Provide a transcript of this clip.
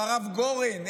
או הרב גורן,